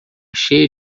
cheia